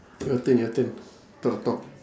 your turn your turn talk talk